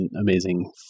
amazing